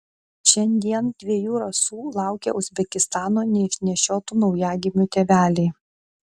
šiandien dviejų rasų laukia uzbekistano neišnešiotų naujagimių tėveliai